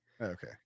Okay